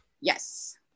Yes